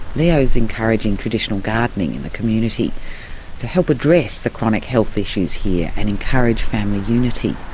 leo's encouraging traditional gardening in the community to help address the chronic health issues here and encourage family unity.